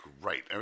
great